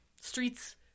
Streets